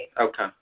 Okay